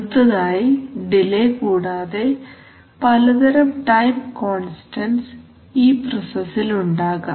അടുത്തതായി ഡിലെ കൂടാതെ പലതരം ടൈം കോൺസ്റ്റൻസ് ഈ പ്രൊസസ്സിൽ ഉണ്ടാകാം